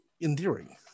endearing